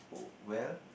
well